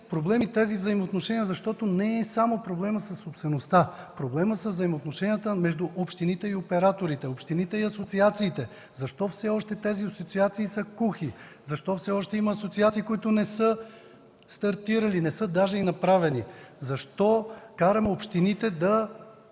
проблеми и взаимоотношения, защото не е само проблемът със собствеността. Проблем са взаимоотношенията между общините и операторите, общините и асоциациите. Защо все още тези асоциации са кухи? Защо все още има асоциации, които не са стартирали? Не са даже и направени! Защо караме общините да